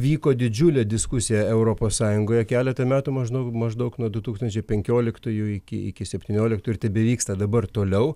vyko didžiulė diskusija europos sąjungoje keletą metų maždaug maždaug nuo du tūkstančiai penkioliktųjų iki iki septynioliktų ir tebevyksta dabar toliau